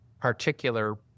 particular